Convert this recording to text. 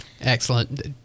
Excellent